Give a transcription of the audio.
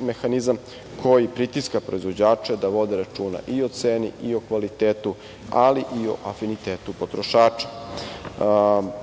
mehanizam koji pritiska proizvođače da vode računa i o ceni, i o kvalitetu, ali i o afinitetu potrošača. Važno